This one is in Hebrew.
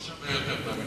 לא שווה יותר, תאמין לי.